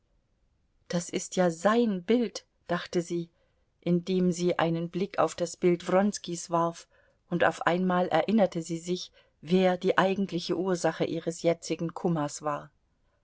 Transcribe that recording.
das ist ja sein bild dachte sie indem sie einen blick auf das bild wronskis warf und auf einmal erinnerte sie sich wer die eigentliche ursache ihres jetzigen kummers war